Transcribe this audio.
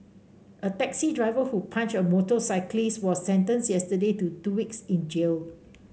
a taxi driver who punched a motorcyclist was sentenced yesterday to two weeks in jail